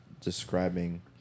describing